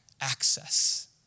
access